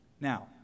Now